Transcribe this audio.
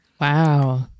wow